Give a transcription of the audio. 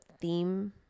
theme